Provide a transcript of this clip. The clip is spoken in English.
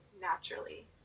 naturally